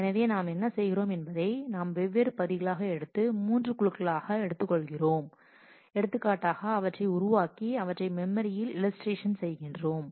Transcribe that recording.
எனவே நாம் என்ன செய்கிறோம் என்பதை நாம் வெவ்வேறு பகுதிகளாக எடுத்து மூன்று குழுக்களாக எடுத்துக்கொள்கிறோம் என்று கூறுகிறோம் எடுத்துக்காட்டுக்காக அவற்றை உருவாக்கி அவற்றை மெமரியில் இல்லஸ்ட்ரஷன் செய்கிறோம்